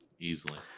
Easily